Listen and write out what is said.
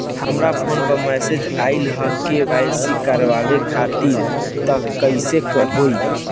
हमरा फोन पर मैसेज आइलह के.वाइ.सी अपडेट करवावे खातिर त कइसे होई?